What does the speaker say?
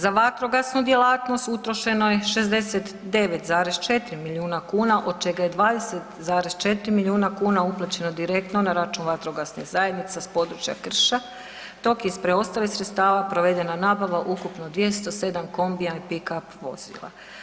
Za vatrogasnu djelatnost utrošeno je 69,4 milijuna kuna od čega je 20,4 milijuna kuna uplaćeno direktno na račun vatrogasnih zajednica s područja krša dok je iz preostalih sredstava provedena nabava ukupno 207 kombija i pick-up vozila.